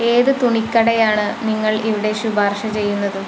ഏത് തുണിക്കടയാണ് നിങ്ങൾ ഇവിടെ ശുപാർശ ചെയ്യുന്നത്